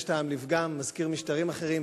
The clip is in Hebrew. יש טעם לפגם, מזכיר משטרים אחרים.